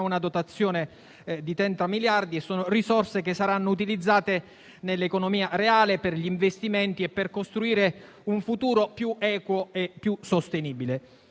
una dotazione di 30 miliardi, risorse che saranno utilizzate nell'economia reale per gli investimenti e per costruire un futuro più equo e più sostenibile.